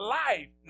life